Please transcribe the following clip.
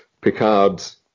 picard's